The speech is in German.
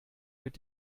mit